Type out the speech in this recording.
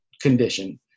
condition